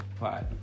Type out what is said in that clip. Right